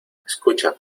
escucha